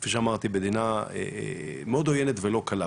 כפי שאמרתי מדינה מאוד עוינת ולא קלה.